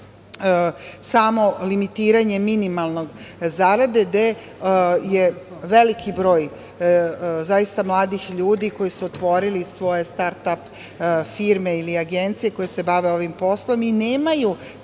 samo limitiranje minimalne zarade gde je veliki broj zaista mladih ljudi koji su otvorili svoje startap firme ili agencije koje se bave ovim poslom i nemaju